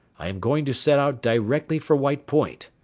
i am going to set out directly for white point.